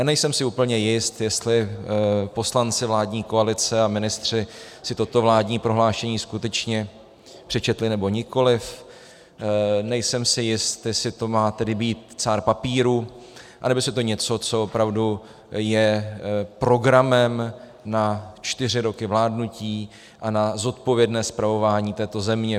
Nejsem si úplně jist, jestli poslanci vládní koalice a ministři si toto vládní prohlášení skutečně přečetli nebo nikoliv, nejsem si jist, jestli to má být cár papíru, anebo je to něco, co opravdu je programem na čtyři roky vládnutí a zodpovědné spravování této země.